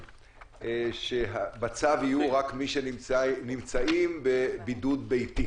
תקני אותי, שבצו יהיו רק מי שנמצאים בבידוד ביתי.